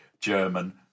German